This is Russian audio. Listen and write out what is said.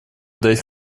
дать